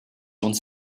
uns